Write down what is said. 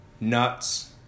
nuts